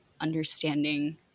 understanding